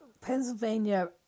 Pennsylvania